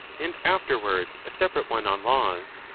and afterwards a separate one on laws,